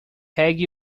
pegue